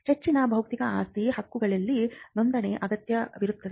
ಹೆಚ್ಚಿನ ಬೌದ್ಧಿಕ ಆಸ್ತಿ ಹಕ್ಕುಗಳಿಗೆ ನೋಂದಣಿ ಅಗತ್ಯವಿರುತ್ತದೆ